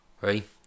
right